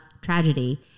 tragedy